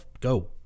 go